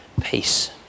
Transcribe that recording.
peace